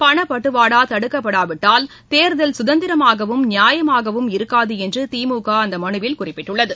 பணப்பட்டுவாடா தடுக்கப்படாவிட்டால் தேர்தல் சுதந்திரமாகவும் நியாயமாகவும் இருக்காது என்று திமுக அந்த மனுவில் குறிப்பிட்டுள்ளது